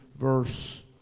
verse